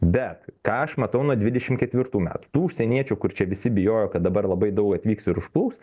bet ką aš matau nuo dvidešim ketvirtų metų tų užsieniečių kur čia visi bijojo kad dabar labai daug atvyks ir užplūs